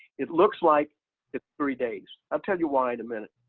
it looks like it's three days. i'll tell you why in a minute.